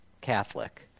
Catholic